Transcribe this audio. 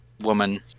Woman